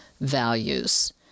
values